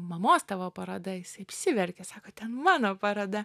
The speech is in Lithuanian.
mamos tavo paroda jisai apsiverkė sako ten mano paroda